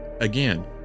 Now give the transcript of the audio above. Again